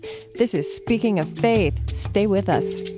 this is speaking of faith. stay with us